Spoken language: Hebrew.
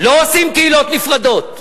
לא עושים קהילות נפרדות.